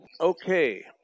Okay